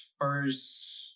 first